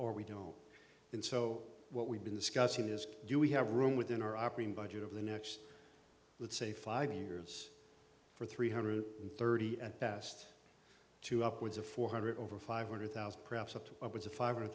or we don't and so what we've been discussing is do we have room within our operating budget over the next let's say five years for three hundred thirty at best to upwards of four hundred over five hundred thousand perhaps up to five hundred